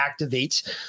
activates